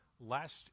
Last